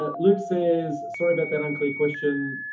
ah luke says, sorry about that unclear question.